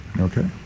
Okay